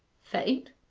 fate?